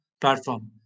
platform